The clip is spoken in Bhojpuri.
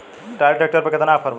ट्राली ट्रैक्टर पर केतना ऑफर बा?